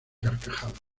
carcajadas